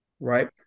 Right